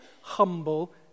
humble